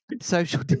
social